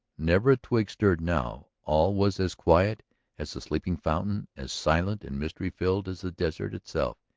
never a twig stirred now all was as quiet as the sleeping fountain, as silent and mystery-filled as the desert itself.